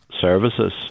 services